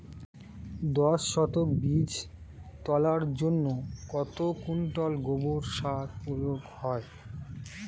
দশ শতক বীজ তলার জন্য কত কুইন্টাল গোবর সার প্রয়োগ হয়?